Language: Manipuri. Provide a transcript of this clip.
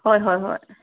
ꯍꯣꯏ ꯍꯣꯏ ꯍꯣꯏ